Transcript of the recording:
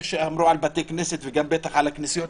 כמו שאמרו על בתי כנסת וגם בטח על כנסיות,